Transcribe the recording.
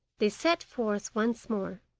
they set forth once more.